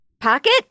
pocket